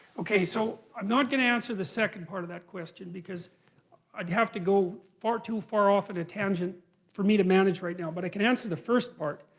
okay, so i'm not going to answer the second part of that question because i'd have to go far too far off at a tangent for me to manage right now. but i can answer the first part.